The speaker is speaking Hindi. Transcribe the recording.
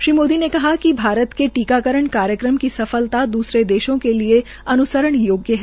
श्री मोदी ने कहा कि भारत के टीकाकरण कार्यक्रम की सफलता दूसरे देशों के लिए अन्सरण योग्य है